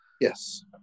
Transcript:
Yes